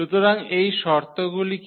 সুতরাং এই শর্তগুলি কি